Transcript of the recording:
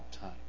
time